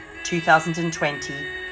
2020